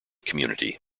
community